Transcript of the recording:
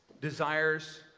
desires